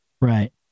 Right